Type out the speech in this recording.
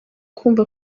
kumva